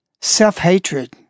Self-hatred